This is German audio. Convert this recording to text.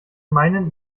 meinen